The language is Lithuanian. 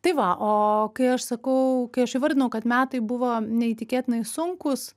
tai va o kai aš sakau kai aš įvardinau kad metai buvo neįtikėtinai sunkūs